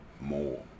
more